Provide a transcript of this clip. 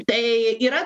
tai yra